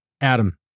Adam